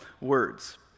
words